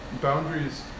boundaries